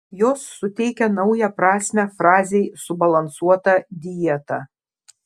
jos suteikia naują prasmę frazei subalansuota dieta